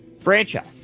franchise